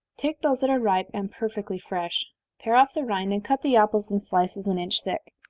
take those that are ripe, and perfectly fresh pare off the rind, and cut the apples in slices an inch thick.